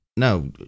No